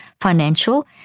financial